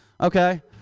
Okay